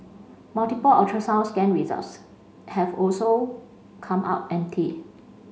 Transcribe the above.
multiple ultrasound scan results have also come up empty